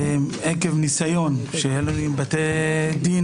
עקב ניסיון שהיה לנו עם בתי דין,